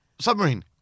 Submarine